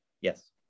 Yes